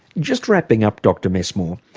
just wrapping up dr messmore,